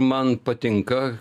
man patinka